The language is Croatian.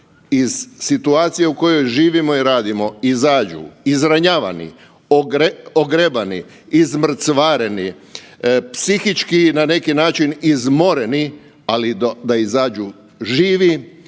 iz situacije u kojoj živimo i radimo izađu izranjavani, ogrebani, izmrcvareni, psihički na neki način izmoreni, ali da izađu živi